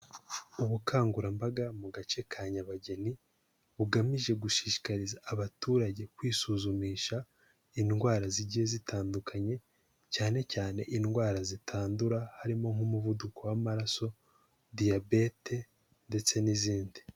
Ubukangurambaga mu gace ka Nyabageni bugamije gushishikariza abaturage kwisuzumisha indwara zigiye zitandukanye, cyane cyane indwara zitandura harimo nk'umuvuduko w'amaraso, diyabete ndetse n'izindi.